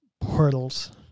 Portals